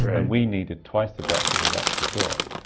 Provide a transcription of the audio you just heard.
and we needed twice the depth that we've actually got.